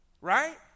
Right